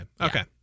Okay